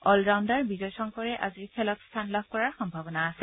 all rounder Vijay শংকৰে আজিৰ খেলত স্থান লাভ কৰাৰ সম্ভাৱনা আছে